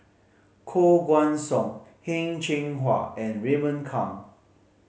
Koh Guan Song Heng Cheng Hwa and Raymond Kang